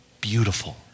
beautiful